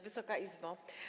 Wysoka Izbo!